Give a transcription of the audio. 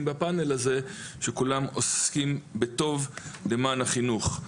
בפאנל הזה שכולם עוסקים בטוב למען החינוך.